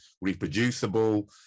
reproducible